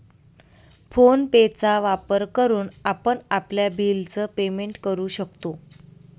phone पे चा वापर करून आपण आपल्या बिल च पेमेंट करू शकतो